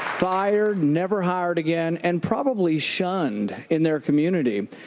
fired, never hired again and probably shunned in their community.